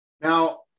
Now